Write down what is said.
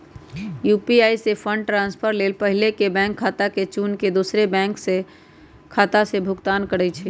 UPI से fund transfer लेल पहिले बैंक खता के चुन के दोसर बैंक खता से भुगतान करइ छइ